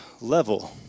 level